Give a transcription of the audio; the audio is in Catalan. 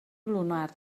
lunar